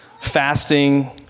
fasting